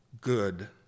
good